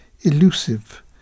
elusive